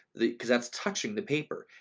the, because that's touching the paper.